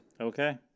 Okay